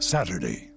Saturday